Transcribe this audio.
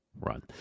run